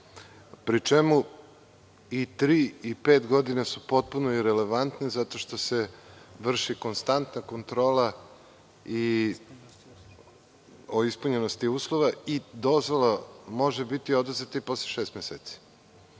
pri čemu i tri i pet godina su potpuno irelevantne zato što se vrši konstantna kontrola o ispunjenosti uslova i dozvola može biti oduzeta i posle šest meseci,